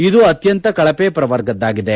ಇದು ಅತ್ಯಂತ ಕಳಪೆ ಪ್ರವರ್ಗದ್ದಾಗಿದೆ